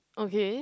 okay